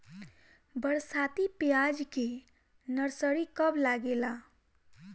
बरसाती प्याज के नर्सरी कब लागेला?